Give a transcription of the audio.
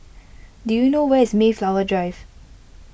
do you know where is Mayflower Drive